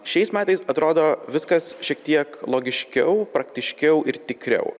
šiais metais atrodo viskas šiek tiek logiškiau praktiškiau ir tikriau